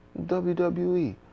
WWE